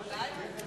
אולי.